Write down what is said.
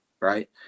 Right